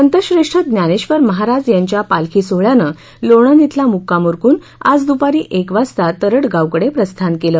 संतश्रेष्ठ ज्ञानेश्वर महाराज यांच्या पालखी सोहळ्यानं लोणंद श्वला मुक्काम उरकून आज द्पारी एक वाजता तरङ्गाव कडे प्रस्थान केलं